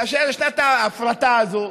כאשר יש את ההפרטה הזאת,